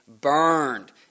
burned